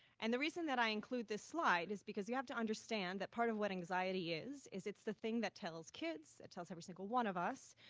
and the reason that i include this slide is because you have to understand that part of what anxiety is, is it's the thing that tells kids, it tells every single one of us,